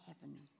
heaven